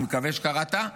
אני מקווה שקראת,